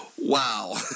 wow